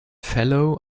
fellow